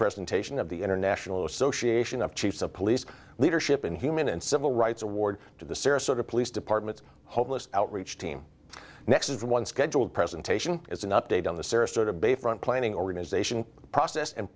presentation of the international association of chiefs of police leadership and human and civil rights award to the sarasota police department's homeless outreach team next is the one scheduled presentation as an update on the sarasota bayfront planning organization process and